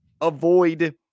avoid